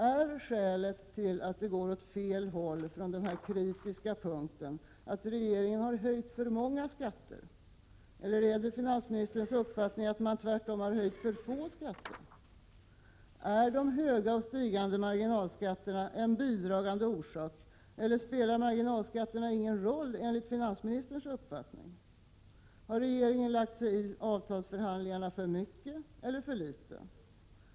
Är skälet till att det nu går åt fel håll från den kritiska punkten att regeringen har höjt för många skatter, eller är det finansministerns uppfattning att man tvärtom har höjt för få skatter? Är de höga och stigande marginalskatterna en bidragande orsak, eller spelar marginalskatterna ingen roll enligt finansministerns uppfattning? Har regeringen lagt sig i avtalsförhandlingarna för mycket eller för litet?